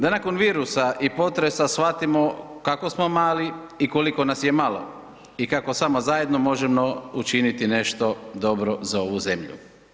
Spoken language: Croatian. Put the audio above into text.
Da nakon virusa i potresa shvatimo kako smo mali i koliko nas je malo i kako samo zajedno možemo učiniti nešto dobro za ovu zemlju.